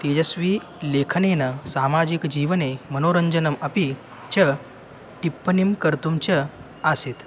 तेजस्वी लेखनेन सामाजिकजीवने मनोरञ्जनम् अपि च टिप्पणीं कर्तुं च आसीत्